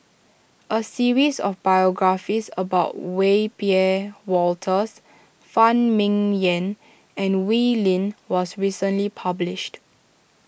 a series of biographies about Wiebe Wolters Phan Ming Yen and Wee Lin was recently published